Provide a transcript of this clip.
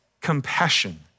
compassion